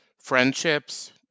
friendships